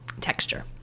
texture